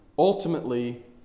ultimately